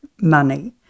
money